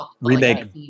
remake